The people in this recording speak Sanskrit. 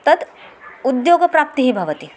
तत् उद्योगप्राप्तिः भवति